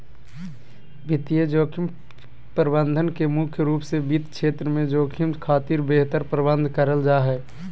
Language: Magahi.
वित्तीय जोखिम प्रबंधन में मुख्य रूप से वित्त क्षेत्र में जोखिम खातिर बेहतर प्रबंध करल जा हय